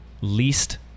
least